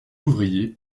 ouvriers